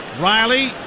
Riley